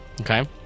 Okay